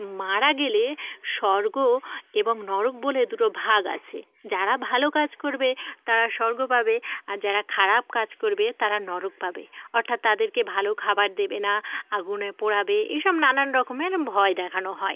মারা গেলে স্বর্গ এবং নরক বলে দুটো ভাগ আছে যারা ভালো কাজ করবে তারা স্বর্গ পাবে আর যারা খারাপ কাজ করবে তারা নরক পাবে অর্থাৎ তাদেরকে ভালো খাবার দেবে না আগুনে পোড়াবে এসব নানান রকমের ভয় দেখানো হয়